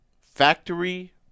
factory